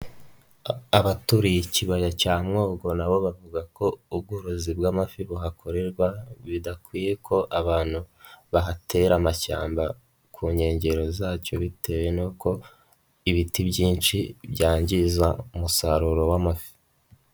Abaturiye ikibaya cya mwogo nabo bavuga ko ubworozi bw'amafi buhakorerwa bidakwiye ko abantu bahatera amashyamba ku nkengero zacyo, bitewe n'uko ibiti byinshi byangiza umusaruro w'amafi.